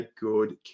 good